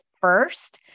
first